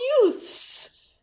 Youths